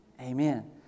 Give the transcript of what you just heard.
Amen